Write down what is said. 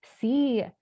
see